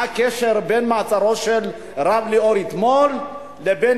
מה הקשר בין מעצרו של הרב ליאור אתמול לבין